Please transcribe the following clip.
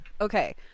Okay